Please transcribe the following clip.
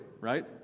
right